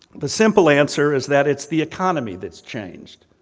the simple answer is that it's the economy that's changed.